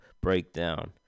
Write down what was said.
breakdown